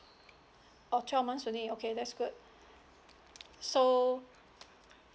orh twelve months only okay that's good so